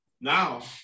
Now